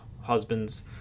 husbands